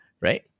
right